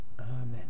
Amen